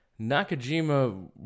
Nakajima